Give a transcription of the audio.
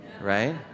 right